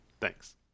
Thanks